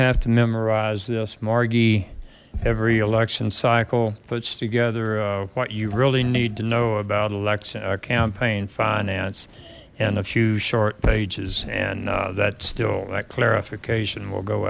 have to memorize this marquee every election cycle puts together what you really need to know about election our campaign finance and a few short pages and that still that clarification will go